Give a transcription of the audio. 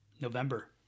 November